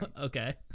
Okay